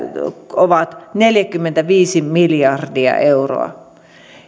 ovat neljäkymmentäviisi miljardia euroa